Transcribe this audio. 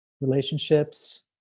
relationships